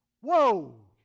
Whoa